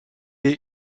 est